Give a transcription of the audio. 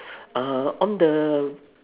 uh on the